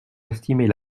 estimer